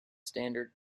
standard